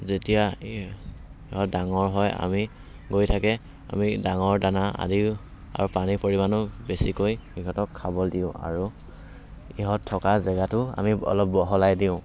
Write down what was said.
যেতিয়া ইহঁত ডাঙৰ হয় আমি গৈ থাকে আমি ডাঙৰ দানা আদিও আৰু পানীৰ পৰিমাণো বেছিকৈ সিহঁতক খাবলৈ দিওঁ আৰু ইহঁত থকা জেগাতো আমি অলপ বহলাই দিওঁ